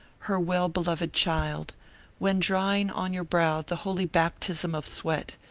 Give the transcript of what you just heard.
her well-beloved child when drying on your brow the holy baptism of sweat,